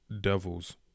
devils